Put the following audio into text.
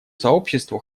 сообществу